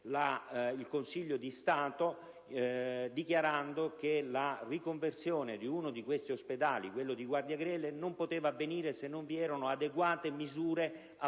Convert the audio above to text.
il Consiglio di Stato dichiarando che la riconversione di uno di questi ospedali (quello di Guardiagrele) non poteva avvenire se non si prevedevano adeguate misure alternative.